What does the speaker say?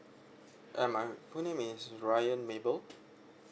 err my full name is ryan mable